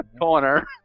corner